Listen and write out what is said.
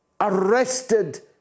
arrested